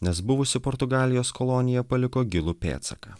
nes buvusi portugalijos kolonija paliko gilų pėdsaką